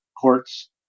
courts